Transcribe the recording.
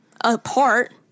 apart